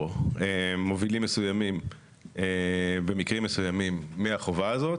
עובדים מסוימים במקרים מסוימים מהחובה הזאת,